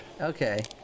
Okay